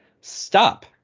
Stop